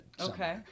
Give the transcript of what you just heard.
Okay